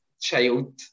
child